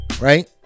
right